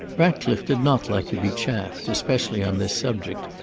ratcliffe did not like to be chaffed, especially on this subject,